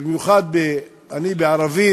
במיוחד אני בערבית,